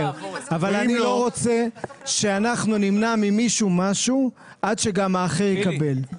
אני לא רוצה שאנחנו נמנע ממישהו משהו עד שגם האחר יקבל.